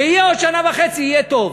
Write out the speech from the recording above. ויהיה, עוד שנה וחצי יהיה טוב.